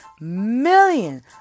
million